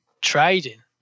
trading